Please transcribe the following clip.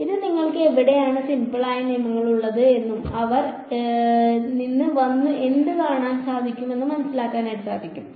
ഇനി നിങ്ങൾക്ക് എവിടെയാണ് സിമ്പിൾ ആയ നിയമങ്ങൾ ഉള്ളത് എന്നും അവൻ ഇച്ചിടെ നിന്ന് വന്നു എന്നും കാണാൻ സാധിക്കും